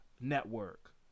network